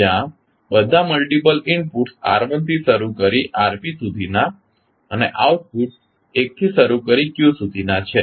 જ્યાં બધા multiple inputs r1થી શરૂ કરી rp સુધીના અને આઉટપુટ 1 થી શરૂ કરી q સુધીના છે